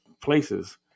places